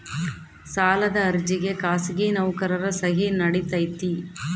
ಸಾಲದ ಅರ್ಜಿಗೆ ಖಾಸಗಿ ನೌಕರರ ಸಹಿ ನಡಿತೈತಿ?